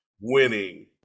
winning